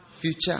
future